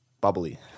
bubbly